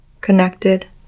connected